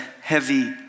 heavy